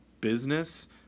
business